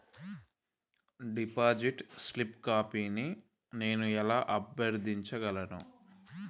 Deposit slip కాపీని నేను ఎలా అభ్యర్థించగలను?